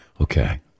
Okay